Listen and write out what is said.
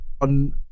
on